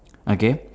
okay